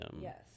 Yes